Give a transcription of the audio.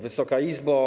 Wysoka Izbo!